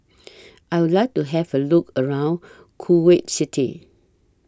I Would like to Have A Look around Kuwait City